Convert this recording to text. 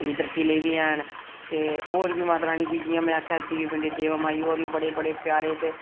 जिद्धर किले बी हैन ते होर बी माता रानी दी जि'यां में आखेआ देवी पिंडी देवा माई होर बी बड़े बड़े प्यारे